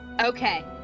Okay